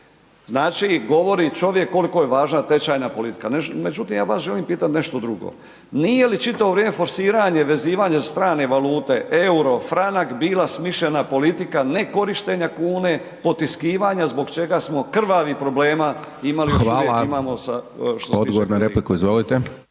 Znači govori čovjek koliko je važna tečajna politika međutim ja vas želim pitat nešto drugo. Nije li čitavo vrijeme forsiranje, vezivanje za strane valute euro, franak, bila smišljena politika nekorištenja kune, potiskivanja zbog čega smo krvavih problema imali i još imamo .../Govornik se